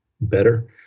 better